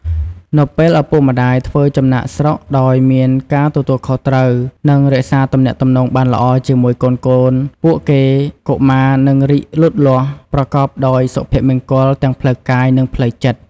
នៅពេលឪពុកម្តាយធ្វើចំណាកស្រុកដោយមានការទទួលខុសត្រូវ និងរក្សាទំនាក់ទំនងបានល្អជាមួយកូនៗពួកគេ កុមារនឹងរីកលូតលាស់ប្រកបដោយសុភមង្គលទាំងផ្លូវកាយ និងផ្លូវចិត្ត។